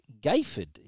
Gayford